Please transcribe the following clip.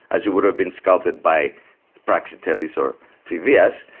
as you would have been sculpted by praxiteles or phidias,